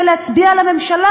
ולהצביע על הממשלה,